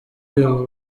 ubu